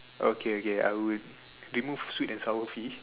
okay okay I would remove sweet and sour fish